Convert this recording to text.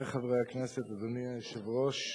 אדוני היושב-ראש,